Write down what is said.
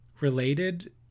related